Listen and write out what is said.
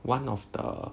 one of the